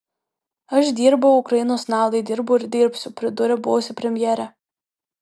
aš dirbau ukrainos naudai dirbu ir dirbsiu pridūrė buvusi premjerė